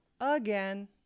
again